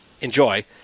enjoy